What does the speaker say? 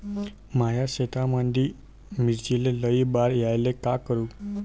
माया शेतामंदी मिर्चीले लई बार यायले का करू?